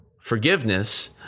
forgiveness